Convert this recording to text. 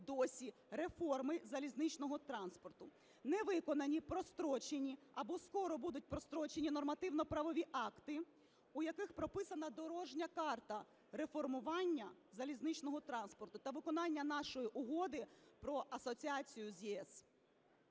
досі реформи залізничного транспорту, не виконані, прострочені або скоро будуть прострочені нормативно-правові акти, у яких прописана дорожня карта реформування залізничного транспорту та виконання нашої Угоди про асоціацію з ЄС.